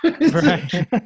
Right